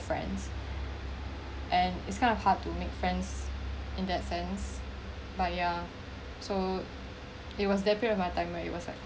friends and it's kind of hard to make friends in that sense but yeah so it's was there pretty much of my time when it was like